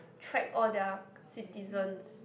track all their citizens